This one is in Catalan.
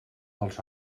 dels